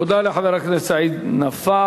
תודה לחבר הכנסת סעיד נפאע.